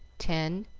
ten,